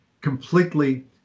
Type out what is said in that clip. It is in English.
completely